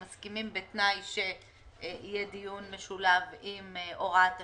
מסכימים בתנאי שיהיה דיון משולב עם הוראת השעה.